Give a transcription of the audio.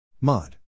mod